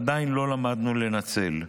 עדיין לא למדנו לנצל.